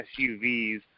SUVs